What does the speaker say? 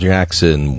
Jackson